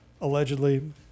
Allegedly